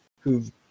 who've